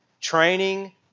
training